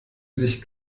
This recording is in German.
sich